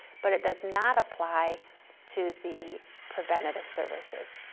but it does not apply to the preventative services.